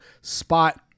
spot